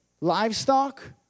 livestock